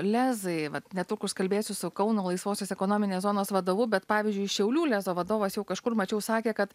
lezai vat netrukus kalbėsiu su kauno laisvosios ekonominės zonos vadovu bet pavyzdžiui šiaulių lezo vadovas jau kažkur mačiau sakė kad